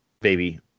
baby